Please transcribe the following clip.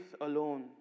alone